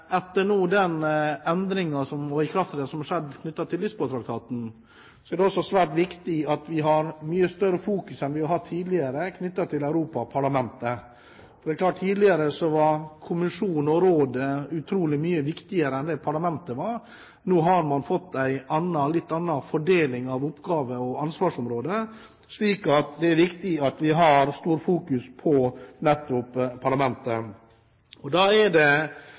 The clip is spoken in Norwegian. etter den endringen, i kraft av det som har skjedd knyttet til Lisboa-traktaten, er det også svært viktig at vi har et mye større fokus enn vi har hatt tidligere på Europaparlamentet. Det er klart at tidligere var kommisjonen og rådet utrolig mye viktigere enn det parlamentet var. Nå har man fått en litt annen fordeling av oppgave- og ansvarsområdet. Så det er viktig at vi har stort fokus på nettopp parlamentet. Da er det